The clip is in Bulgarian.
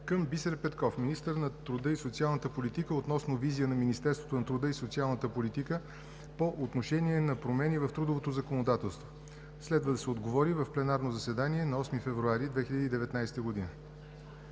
към Бисер Петков – министър на труда и социалната политика, относно визия на Министерството на труда и социалната политика по отношение на промени в трудовото законодателство. Следва да се отговори в пленарното заседание на 8 февруари 2019 г.